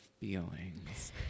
feelings